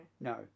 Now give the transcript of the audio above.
No